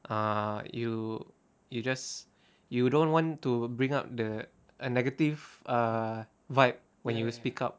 uh you you just you don't want to bring up the uh negative uh vibe when you speak up